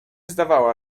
zdawała